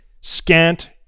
scant